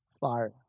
fire